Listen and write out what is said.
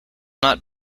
not